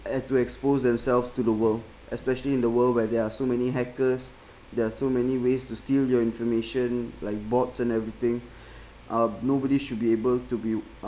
have to expose themselves to the world especially in the world where there are so many hackers there are so many ways to steal your information like bots and everything uh nobody should be able to be